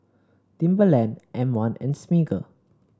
Timberland M one and Smiggle